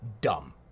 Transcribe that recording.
dumb